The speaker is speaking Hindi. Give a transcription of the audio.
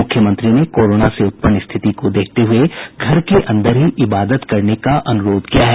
मुख्यमंत्री ने कोरोना से उत्पन्न रिथिति को देखते हुये घर के अंदर ही इबादत करने का अनुरोध किया है